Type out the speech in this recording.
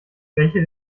welche